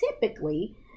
typically